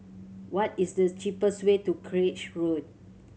what is the cheapest way to Craig Road